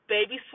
Baby